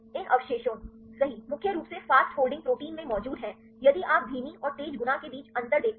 इन अवशेषों सही मुख्य रूप से फ़ास्ट फोल्डिंग प्रोटीन में मौजूद हैं यदि आप धीमी और तेज गुना के बीच अंतर देखते हैं